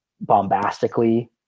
bombastically